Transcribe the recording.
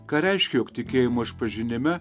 ką reiškia jog tikėjimo išpažinime